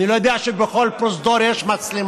אני לא יודע שבכל פרוזדור יש מצלמה.